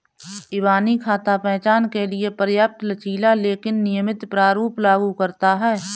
इबानी खाता पहचान के लिए पर्याप्त लचीला लेकिन नियमित प्रारूप लागू करता है